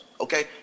Okay